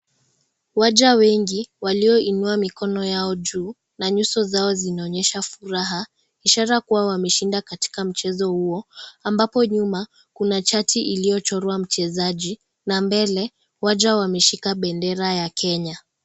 Waja wengi walioinua mikono yao juu na nyuso zao zinaonyesha furaha, ishara kuwa wameshinda katika mchezo huo,. Ambapo nyuma, kuna chati iliyochorwa mchezaji na mbele, waja wameshika bendera ya Kenya.